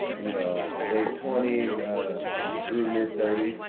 you know, late twenty s through mid thirty s.